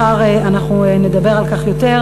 מחר אנחנו נדבר על כך יותר,